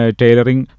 tailoring